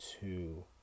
two